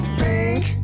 pink